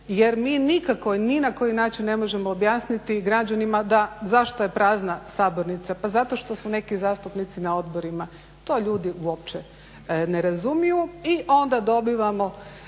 jer mi nikako i ni na koji način ne možemo objasniti građanima zašto je prazna sabornica. Pa zato što su neki zastupnici na odborima. To ljudi uopće ne razumiju i onda dobivamo